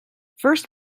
first